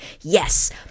yes